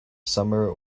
summer